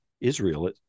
Israel